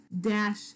dash